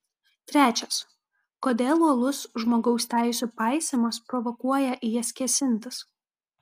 trečias kodėl uolus žmogaus teisių paisymas provokuoja į jas kėsintis